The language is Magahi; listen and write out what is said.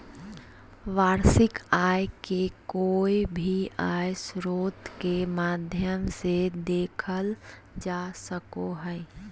वार्षिक आय के कोय भी आय स्रोत के माध्यम से देखल जा सको हय